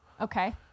okay